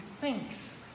thinks